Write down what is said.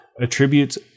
attributes